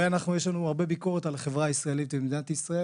יש לנו הרבה ביקורת על החברה הישראלית ומדינת ישראל,